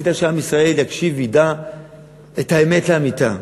כדאי שעם ישראל יקשיב וידע את האמת לאמיתה.